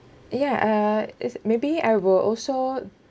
ya uh is maybe I will also